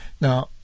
Now